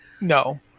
No